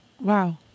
Wow